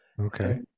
okay